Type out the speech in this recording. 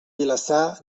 vilassar